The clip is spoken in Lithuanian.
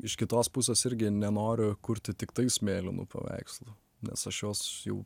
iš kitos pusės irgi nenoriu kurti tiktais mėlynų paveikslų nes aš juos jau